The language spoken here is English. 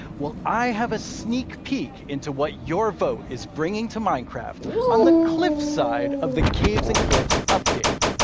well i have a sneak peek into what your vote is bringing to minecraft on the cliff side of the caves and cliffs update.